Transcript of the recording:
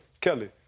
Kelly